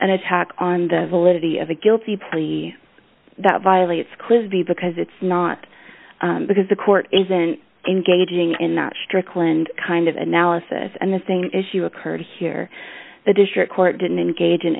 an attack on the validity of a guilty plea that violates clisby because it's not because the court isn't engaging and not strickland kind of analysis and the same issue occurred here the district court didn't engage in